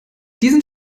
diesen